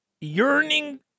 yearning